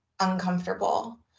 uncomfortable